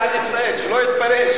שלא יתפרש